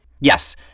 Yes